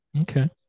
Okay